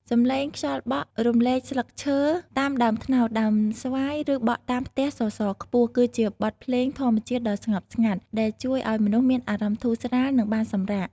សំឡេងខ្យល់បក់រំលែកស្លឹកឈើតាមដើមត្នោត ដើមស្វាយ ឬបក់តាមផ្ទះសសរខ្ពស់ គឺជាបទភ្លេងធម្មជាតិដ៏ស្ងប់ស្ងាត់ ដែលជួយឱ្យមនុស្សមានអារម្មណ៍ធូរស្រាល និងបានសម្រាក។